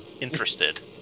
interested